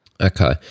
Okay